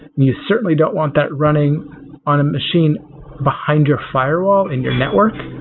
you certainly don't want that running on a machine behind your firewall in your network.